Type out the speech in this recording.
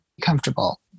comfortable